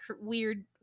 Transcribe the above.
weird